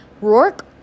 Rourke